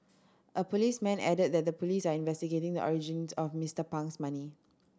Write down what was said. a policeman added that the police are investigating the origins of Mister Pang's money